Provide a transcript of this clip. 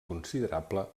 considerable